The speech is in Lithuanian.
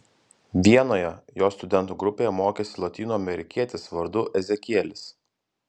vienoje jo studentų grupėje mokėsi lotynų amerikietis vardu ezekielis